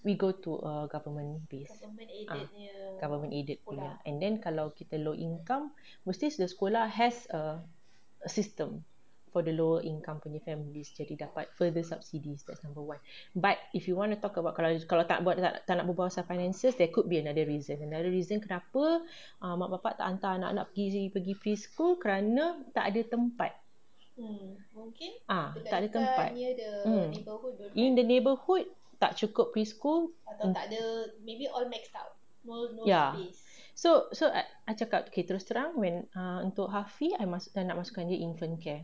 we go to a government based ah government aided sekolah and then kalau kita low income mesti the sekolah has a system for the lower income family jadi dapat further subsidies that's number one but if you want talk about kalau tak nak berbual pasal finances there could another reason the other reason kenapa ah mak bapa tak hantar anak-anak pergi preschool kerana tak ada tempat ah tak ada tempat mm in the neighbourhood tak cukup preschool ya so so I cakap okay terus terang ah untuk hafif I masuk kan nak masuk kan dia infant care